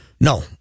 No